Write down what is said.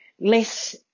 less